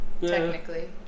Technically